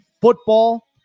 football